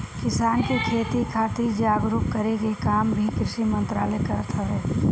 किसान के खेती खातिर जागरूक करे के काम भी कृषि मंत्रालय करत हवे